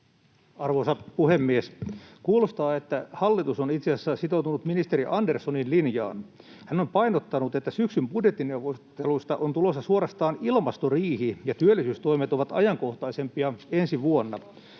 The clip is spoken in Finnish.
Arvoisa puhemies! Kuulostaa siltä, että hallitus on itse asiassa sitoutunut ministeri Anderssonin linjaan. Hän on painottanut, että syksyn budjettineuvotteluista on tulossa suorastaan ilmastoriihi ja työllisyystoimet ovat ajankohtaisempia ensi vuonna.